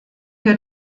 wir